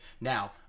Now